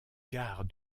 gare